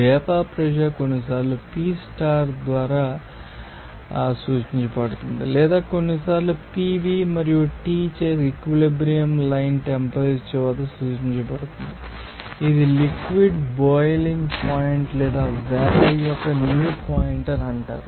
vapour pressure కొన్నిసార్లు P star ద్వారా సూచించబడుతుంది లేదా కొన్నిసార్లు P V మరియు T చే ఈక్విలిబ్రియం లైన్ టెంపరేచర్ వద్ద సూచించబడుతుంది ఇది లిక్విడ్ బొయిలింగ్ పాయింట్ లేదా వేపర్ యొక్క న్యూ పాయింట్ అంటారు